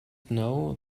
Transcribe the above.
know